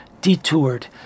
detoured